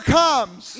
comes